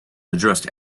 addressed